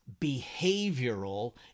behavioral